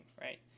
right